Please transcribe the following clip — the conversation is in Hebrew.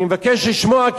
אני מבקש לשמוע,